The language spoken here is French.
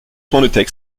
traitement